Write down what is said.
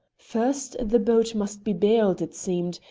first the boat must be baled, it seemed,